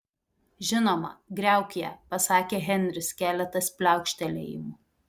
žinoma griauk ją pasakė henris keletas pliaukštelėjimų